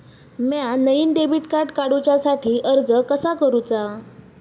म्या नईन debit card काडुच्या साठी अर्ज कसा करूचा?